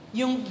yung